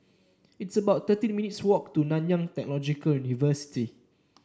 it's about thirteen minutes' walk to Nanyang Technological University